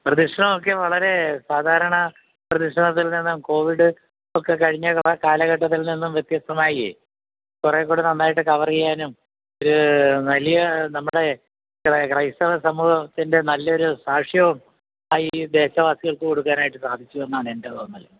പ്രദക്ഷണം ഒക്കെ വളരെ സാധാരണ പ്രദക്ഷണത്തിൽ നിന്ന് കോവിഡ് ഒക്കെ കഴിഞ്ഞ കാലഘട്ടത്തിൽ നിന്നും വ്യത്യസ്തമായി കുറെ കൂടെ നന്നായിട്ട് കവർ ചെയ്യാനും ഒരു വലിയ നമ്മുടെ ക്രസ്തവ സമൂഹത്തിൻ്റെ നല്ലൊരു ആശയോം ആ ഈ ദേശവാസികൾക്ക് കൊടുക്കാനായിട്ട് സാധിച്ചു എന്നാണ് എൻ്റെ തോന്നൽ